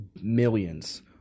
millions